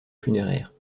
funéraire